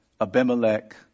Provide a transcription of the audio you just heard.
Abimelech